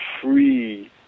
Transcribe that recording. free